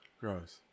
Gross